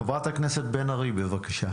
חברת הכנסת בן ארי, בבקשה.